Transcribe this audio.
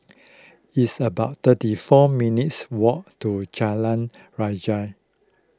it's about thirty four minutes' walk to Jalan Rajah